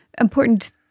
important